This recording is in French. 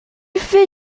fais